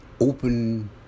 open